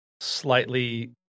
slightly